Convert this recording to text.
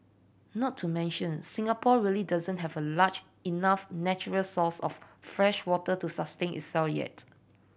not to mention Singapore really doesn't have a large enough natural resource of freshwater to sustain itself yet